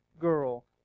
girl